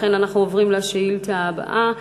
לכן אנחנו עוברים לשאילתה הבאה,